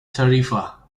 tarifa